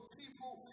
people